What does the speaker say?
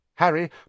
Harry